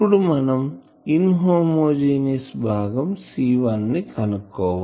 ఇప్పుడు మనం inhomogeneous భాగం C1 ని కనుక్కోవాలి